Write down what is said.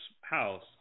house